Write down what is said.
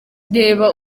reba